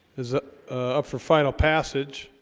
is it up for final passage?